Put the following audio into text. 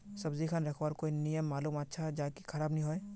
सब्जी खान रखवार कोई नियम मालूम अच्छा ज की खराब नि होय?